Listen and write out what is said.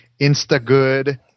Instagood